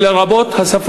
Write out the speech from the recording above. מהסמלים היהודיים,